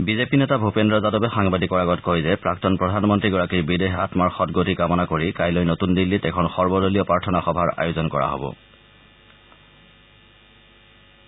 BJP নেতা ভূপেন্দ্ৰ য়াদৱে সাংবাদিকৰ আগত কয় যে প্ৰাক্তন প্ৰধানমন্ত্ৰীগৰাকীৰ বিদেহী আম্মাৰ সদগতি কামনা কৰি কাইলৈ নতুন দিল্লীত এখন সৰ্বদলীয় প্ৰাৰ্থনা সভাৰ আয়োজন কৰা হ'ব